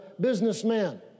businessman